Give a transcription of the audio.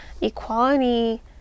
equality